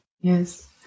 Yes